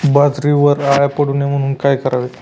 बाजरीवर अळ्या पडू नये म्हणून काय करावे?